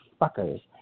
fuckers